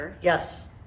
Yes